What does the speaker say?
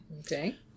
Okay